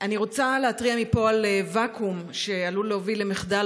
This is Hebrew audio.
אני רוצה להתריע מפה על ואקום שעלול להוביל למחדל